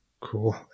Cool